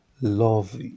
Love